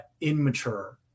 immature